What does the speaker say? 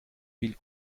viel